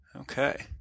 Okay